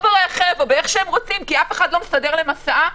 ברכב או איך שהם רוצים כי אף אחד לא מסדר להם הסעה,